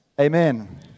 Amen